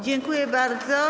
Dziękuję bardzo.